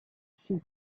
she